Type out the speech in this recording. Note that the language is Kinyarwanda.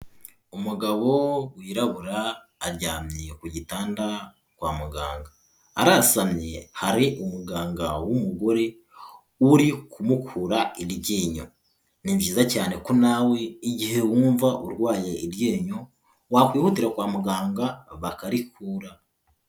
Umugabo wirabura aryamye ku gitanda kwa muganga, arasamye, hari umuganga w'umugore uri kumukura iryinyo. Ni byiza cyane ko na we igihe wumva urwaye iryinyo wakwihutira kwa muganga bakarikura.